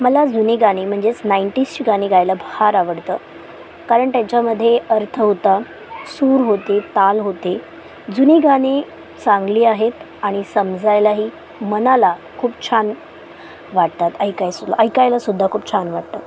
मला जुनी गाणी म्हणजेच नाइंटीजची गाणी गायला फार आवडतं कारण त्यांच्यामध्ये अर्थ होता सूर होते ताल होते जुनी गाणी चांगली आहेत आणि समजायलाही मनाला खूप छान वाटतात ऐकायची ऐकायलासुद्धा खूप छान वाटतं